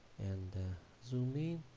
and zoom in